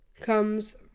comes